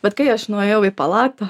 bet kai aš nuėjau į palatą